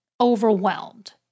overwhelmed